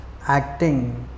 acting